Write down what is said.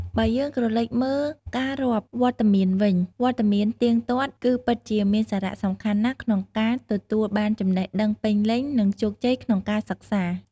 បើយើងក្រឡេកមើល ការរាប់វត្តមានវិញ វត្តមានទៀងទាត់គឺពិតជាមានសារៈសំខាន់ណាស់ក្នុងការទទួលបានចំណេះដឹងពេញលេញ និងជោគជ័យក្នុងការសិក្សា។